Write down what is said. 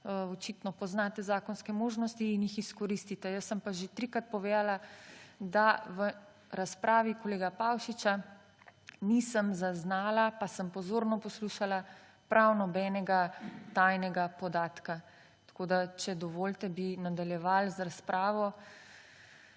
očitno poznate zakonske možnosti in jih izkoristite. Jaz sem pa že trikrat povedala, da v razpravi kolega Pavšiča nisem zaznala, pa sem pozorno poslušala, prav nobenega tajnega podatka. Če dovolite, bi nadaljevali z razpravo.